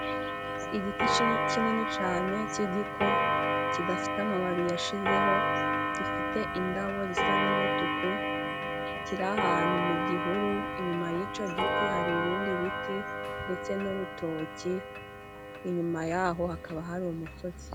Igiti kinini cane cy'igiko kidafite amababi yashizeho, gifite indabo zisa n'umutuku kiri ahantu mu gihuru inyuma y'ico giti hari ibindi biti ndetse n'urutoki inyuma y'aho hakaba hari umusozi.